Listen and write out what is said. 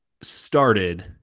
started